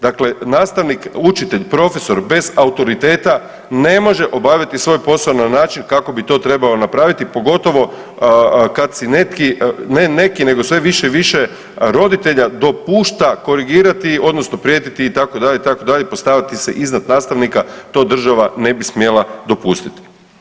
Dakle, nastavnik, učitelj i profesor bez autoriteta ne može obaviti svoj posao na način kako bi to trebao napraviti pogotovo kad si neki, ne neki nego sve više i više roditelja dopušta korigirati odnosno prijetiti itd., itd., postavljati se iznad nastavnika, to država ne bi smjela dopustiti.